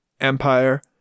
Empire